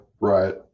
right